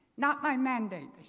not by mandate